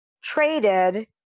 traded